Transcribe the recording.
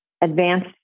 advanced